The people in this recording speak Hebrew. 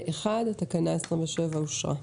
פה- אחד, תקנה 27 אושרה.